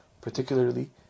Particularly